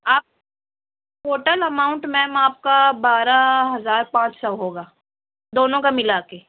آپ total amount ma'am آپ کا بارہ ہزار پانچ سو ہوگا دونوں کا ملا کے